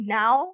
now